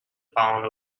pound